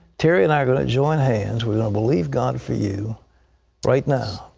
terry and i are going to join hands. we're going to believe god for you right now.